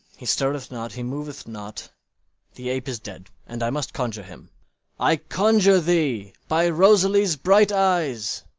he stirreth not, he moveth not the ape is dead, and i must conjure him i conjure thee by rosaline's bright eyes,